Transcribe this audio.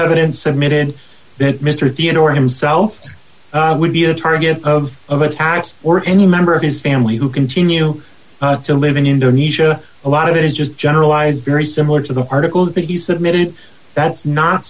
evidence submitted that mr theodore himself would be a target of attacks or any member of his family who continue to live in indonesia a lot of it is just generalized very similar to the articles that he submitted that's not